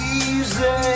easy